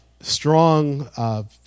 strong